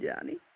Johnny